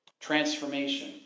transformation